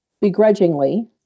begrudgingly